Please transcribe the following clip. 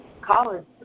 college